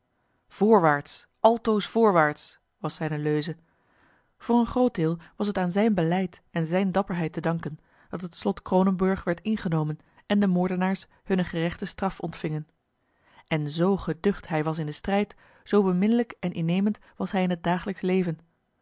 voorwaarts altoos voorwaarts was zijne leuze voor een groot deel was het aan zijn beleid en zijne dapperheid te danken dat het slot kroonenburg werd ingenomen en de moordenaars hunne gerechte straf ontvingen en zoo geducht hij was in den strijd zoo beminnelijk en innemend was hij in het dagelijksche leven